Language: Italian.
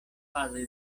fase